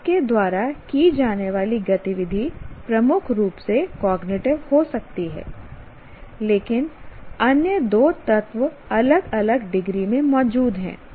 आपके द्वारा की जाने वाली गतिविधि प्रमुख रूप से कॉग्निटिव हो सकती है लेकिन अन्य दो तत्व अलग अलग डिग्री में मौजूद हैं